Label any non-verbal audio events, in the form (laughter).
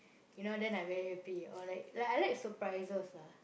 (breath) you know then I very happy or like like I like surprises lah